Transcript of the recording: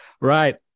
right